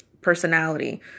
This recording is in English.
personality